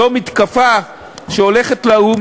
זו מתקפה שהולכת לאו"ם,